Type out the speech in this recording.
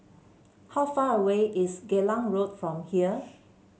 how far away is Geylang Road from here